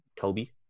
Toby